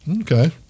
Okay